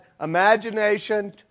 imagination